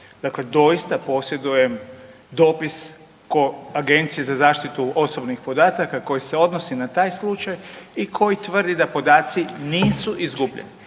Dakle doista posjedujem dopis .../nerazumljivo/... Agencije za zaštitu osobnih podataka koji se odnosi na taj slučaj i koji tvrdi da podaci nisu izgubljeni.